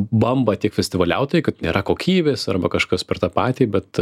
bamba tiek festivautojai kad nėra kokybės arba kažkas per tą patį bet